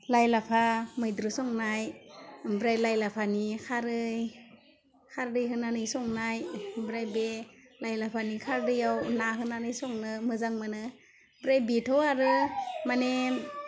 लाइ लाफा मैद्रु संनाय ओमफ्राय लाइ लाफानि खारै खारदै होनानै संनाय ओमफ्राय बे लाइ लाफानि खारदैयाव ना होनानै संनो मोजां मोनो ओमफ्राय बेथ' आरो माने